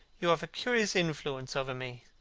you have a curious influence over me.